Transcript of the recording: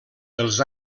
els